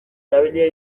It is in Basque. erabilia